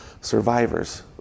survivors